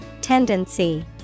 Tendency